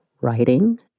writing